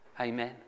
Amen